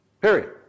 period